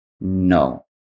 No